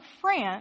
France